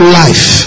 life